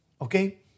okay